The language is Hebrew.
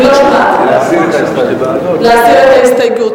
אנחנו רוצים להסיר את כל ההסתייגויות